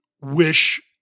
wish